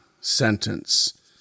sentence